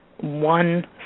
one